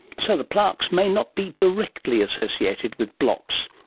so the plaques may not be directly associated with blocks.